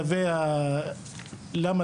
אני חושב שגם יש פה בעיה לגבי השאלה למה